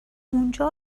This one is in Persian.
اونجا